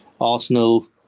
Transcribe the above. Arsenal